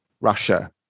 Russia